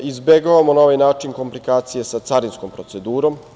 Izbegavamo na ovaj komplikacije sa carinskom procedurom.